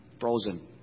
Frozen